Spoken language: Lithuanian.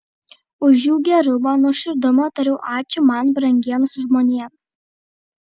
už jų gerumą nuoširdumą tariu ačiū man brangiems žmonėms